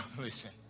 listen